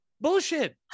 Bullshit